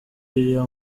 iyo